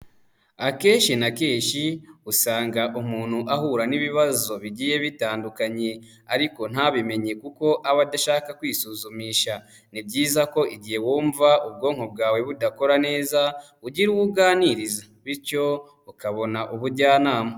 Akenshi na kenshi usanga umuntu ahura n'ibibazo bigiye bitandukanye ariko ntabimenye kuko aba adashaka kwisuzumisha, ni byiza ko igihe wumva ubwonko bwawe budakora neza ugira uwo uganiriza bityo ukabona ubujyanama.